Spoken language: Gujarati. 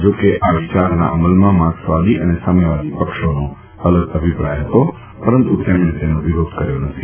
જાકે આ વિચારના અમલમાં માર્કસવાદી અને સામ્યવાદી પક્ષોનો અલગ અભિપ્રાય ફતો પરંતુ તેમણે તેનો વિરોધ કર્યો નથી